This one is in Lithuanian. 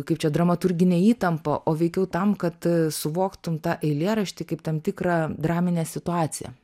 kaip čia dramaturginę įtampą o veikiau tam kad suvoktum tą eilėraštį kaip tam tikrą draminę situaciją